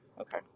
Okay